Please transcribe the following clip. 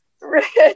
Rich